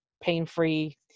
pain-free